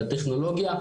בטכנולוגיה,